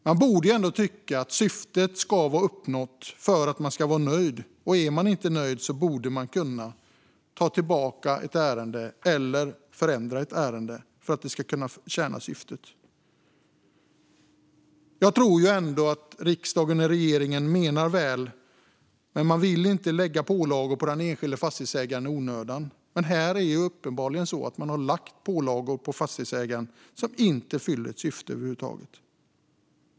Man borde ändå tycka att syftet ska vara uppnått för att man ska kunna vara nöjd. Och är man inte nöjd borde man kunna ta tillbaka ett ärende eller förändra det för att det ska tjäna syftet. Jag tror ju ändå att riksdagen och regeringen menar väl, men man vill inte lägga pålagor på den enskilde fastighetsägaren i onödan. Men här är det uppenbart att man har lagt pålagor på fastighetsägaren som inte fyller något syfte över huvud taget.